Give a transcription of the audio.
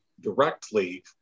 directly